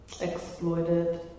exploited